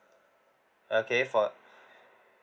okay for